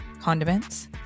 condiments